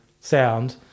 sound